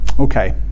Okay